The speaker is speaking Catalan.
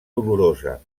dolorosa